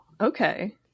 Okay